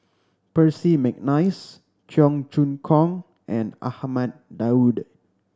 Percy McNeice Cheong Choong Kong and Ahmad Daud